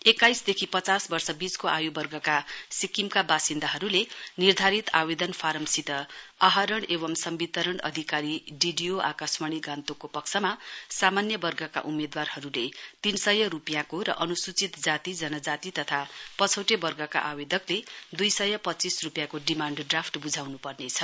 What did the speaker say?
एक्काइसदेखि पचास वर्षसम्म बीचको आयुवर्गका सिक्किमका वासिन्दाहरूले निर्धारित आवेदन फारम र आहरण एवं सविंतरण अधिकारी डीडीआ आकाशवाणी गान्तोकको पक्षमा सामान्य वर्गका उम्मेदवारले तीन सय रूपियाँको र अनुसूचित जाति जनजाति तथा पछौटे वर्गका आवेदकले दुई सय पच्चीस रूपियाँको डिमाण्ड ड्राफ्ट बुझाउनुपर्नेछ